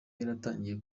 yaratangiye